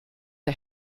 der